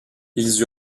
ils